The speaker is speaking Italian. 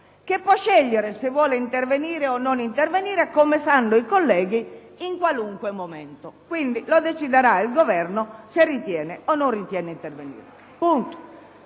che puo scegliere se vuole intervenire o meno, come sanno i colleghi, in qualunque momento. Lo decidera` il Governo se ritiene o non ritiene di intervenire.